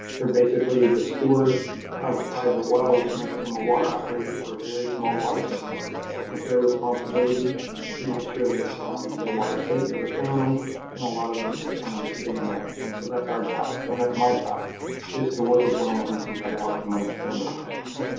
they're basically the steward of a private well, which makes them a water operator for a very small water system, and it's their responsibility to make sure that their water's safe for their family and a lot of them just don't understand that. and so that's our job, and that's my job is to work with well owners and try to help them understand those things.